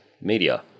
Media